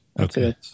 Okay